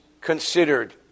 considered